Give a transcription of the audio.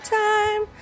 time